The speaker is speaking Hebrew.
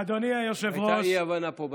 אדוני היושב-ראש, הייתה אי-הבנה פה ברישום.